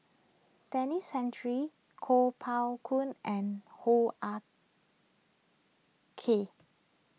Denis Santry Kuo Pao Kun and Hoo Ah Kay